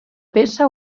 peça